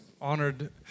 Honored